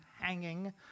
hanging